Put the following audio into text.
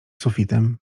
sufitem